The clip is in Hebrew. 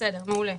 בסדר, מעולה.